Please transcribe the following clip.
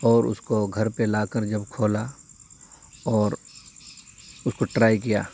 اور اس کو گھر پہ لا کر جب کھولا اور اس کو ٹرائی کیا